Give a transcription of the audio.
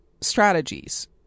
strategies